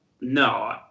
no